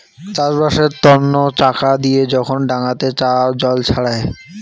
চাষবাসের তন্ন চাকা দিয়ে যখন ডাঙাতে জল ছড়ায়